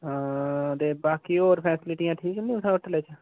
ते बाकि होर फैसिलिटियां ठीक नि उत्थैं होटले च